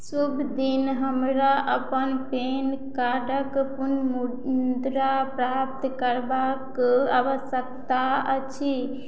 शुभ दिन हमरा अपन पैनकार्डक पुन मुद्रा प्राप्त करबाक आवश्यकता अछि